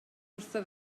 wrtho